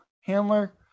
handler